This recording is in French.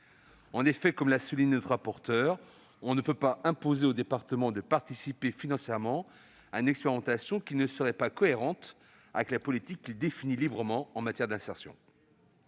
En effet, comme l'a souligné notre rapporteur, on ne peut imposer au département de participer financièrement à une expérimentation qui ne serait pas cohérente avec la politique qu'il définit librement en matière d'insertion.